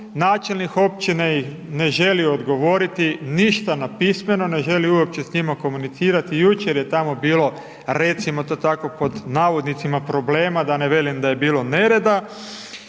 načelnik općine im ne želi odgovoriti, ništa napismeno, ne želi uopće s njima komunicirati, jučer je tamo bilo recimo to tako „problema“, da ne velim da je bilo nereda